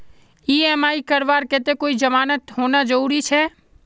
EMI करवार केते कोई जमानत होना जरूरी छे?